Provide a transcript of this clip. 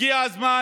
הגיע הזמן